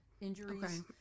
injuries